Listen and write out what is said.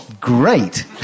great